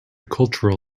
cultural